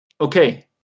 okay